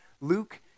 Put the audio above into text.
Luke